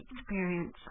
experience